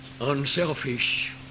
unselfish